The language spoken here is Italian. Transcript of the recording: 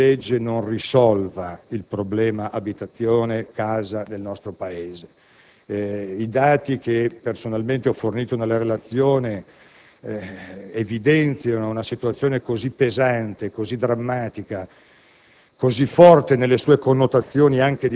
Penso che il disegno di legge in esame non risolva il problema dell'abitazione e della casa del nostro Paese. I dati che personalmente ho fornito nella relazione evidenziano una situazione così pesante, così drammatica,